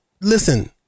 Listen